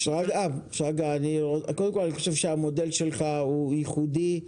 שרגא, המודל שלך הוא ייחודי.